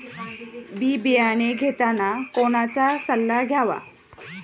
बी बियाणे घेताना कोणाचा सल्ला घ्यावा?